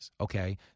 Okay